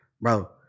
bro